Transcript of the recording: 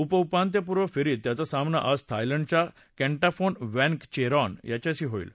उपउपांत्यपूर्व फेरीत त्याचा सामना आज थायलंडच्या कॅण्टाफोन वॅन्गचेरॉन याच्याशी होईल